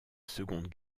seconde